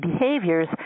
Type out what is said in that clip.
behaviors